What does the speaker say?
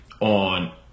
on